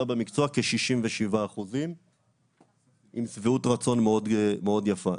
במקצוע כ-67% עם שביעות רצון מאוד יפה.